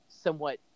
somewhat